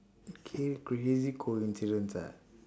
okay crazy coincidence ah